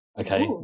okay